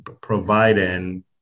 providing